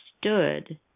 stood